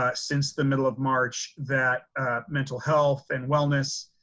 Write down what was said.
ah since the middle of march that mental health and wellness